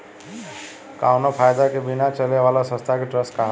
कावनो फायदा के बिना चले वाला संस्था के ट्रस्ट कहाला